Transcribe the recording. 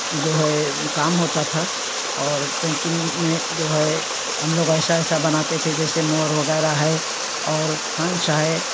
जो है काम होता था और पेंटिंग में जो है हम लोग ऐसा ऐसा बनाते थे जैसे मोर वगैरह है और हंस है